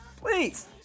please